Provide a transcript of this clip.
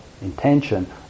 intention